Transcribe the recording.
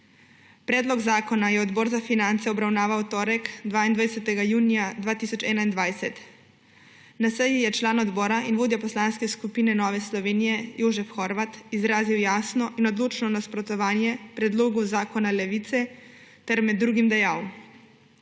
Predlog zakona je Odbor za finance obravnaval v torek, 22. junija 2021. Na seji je član odbora in vodja Poslanske skupine Nova Slovenija Jožef Horvat izrazil jasno in odločno nasprotovanje predlogu zakona Levice ter med drugim dejal: